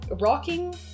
rocking